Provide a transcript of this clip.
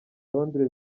londres